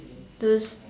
those